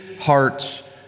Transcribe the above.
hearts